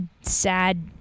sad